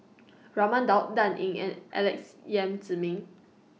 Raman Daud Dan Ying and Alex Yam Ziming